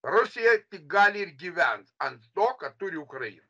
rusija tik gali ir gyvent ant to kad turi ukrainą